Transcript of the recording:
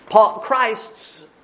Christ's